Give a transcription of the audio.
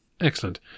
excellent